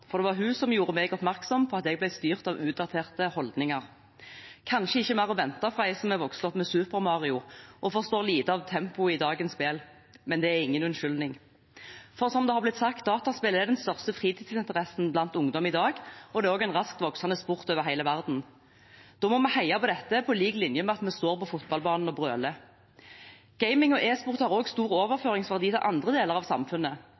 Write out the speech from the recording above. for. Det var hun som gjorde meg oppmerksom på at jeg ble styrt av utdaterte holdninger. Det er kanskje ikke mer å vente fra ei som er vokst opp med Super Mario og forstår lite av tempoet i dagens spill, men det er ingen unnskyldning. For dataspill er, som det har blitt sagt, den største fritidsinteressen blant ungdom i dag, og det er også en raskt voksende sport over hele verden. Da må vi heie på dette på lik linje med at vi står på fotballbanen og brøler. Gaming og e-sport har også stor overføringsverdi til andre deler av samfunnet,